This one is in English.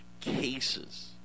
cases